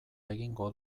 egingo